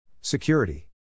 Security